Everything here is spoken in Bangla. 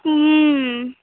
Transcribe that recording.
হুম